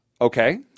Okay